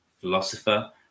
philosopher